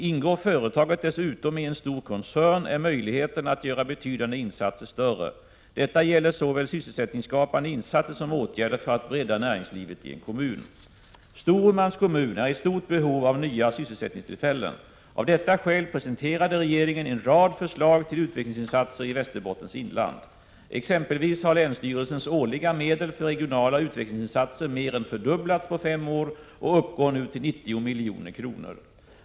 Ingår företaget dessutom i en stor koncern är möjligheterna att göra betydande insatser större. Detta gäller såväl sysselsättningsskapande insatser som åtgärder för att bredda näringslivet i en kommun. Storumans kommun är i stort behov av nya sysselsättningstillfällen. Av detta skäl presenterade regeringen en rad förslag till utvecklingsinsatser i Västerbottens inland. Exempelvis har länsstyrelsens årliga medel för regionala utvecklingsinsatser mer än fördubblats på fem år och uppgår nu till 90 milj.kr.